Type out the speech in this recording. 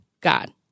God